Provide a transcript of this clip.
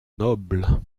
noble